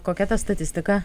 kokia ta statistika